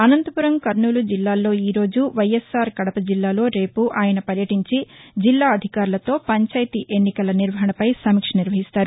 అసంతపురం కర్నూలు జిల్లాల్లో ఈరోజు వైఎస్ఆర్ కడప జిల్లాలో రేపు ఆయన పర్యటించి జిల్లా అధికారులతో పంచాయతీ ఎన్నికల నిర్వహణపై సమీక్షిస్తారు